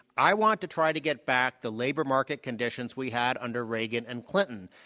i want to try to get back the labor market conditions we had under reagan and clinton,